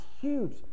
huge